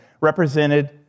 represented